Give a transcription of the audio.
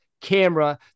camera